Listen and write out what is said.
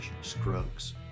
Scruggs